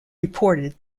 reported